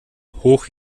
hoch